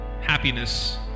Happiness